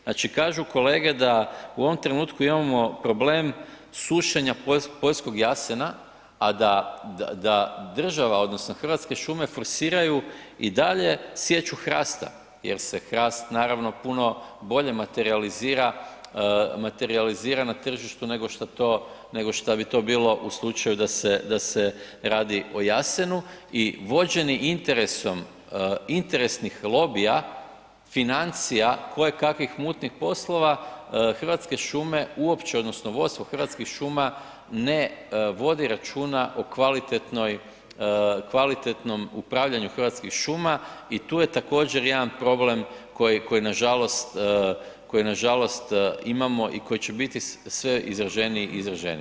Znači kažu kolege da u ovom trenutku imamo problem sušenja poljskog jasena a da država odnosno Hrvatske šume forsiraju i dalje sječu hrasta jer se hrast naravno puno bolje materijalizira na tržištu nego šta bi to bilo u slučaju da se radi o jasenu i vođeni interesom interesnih lobija, financija, kojekakvih mutnih poslova, Hrvatske šume uopće odnosno vodstvo Hrvatskih šuma ne vodi računa o kvalitetnom upravljanju hrvatskih šuma i tu je također jedan problem koji nažalost imamo i koji će biti sve izraženiji i izraženiji.